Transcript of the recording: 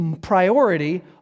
priority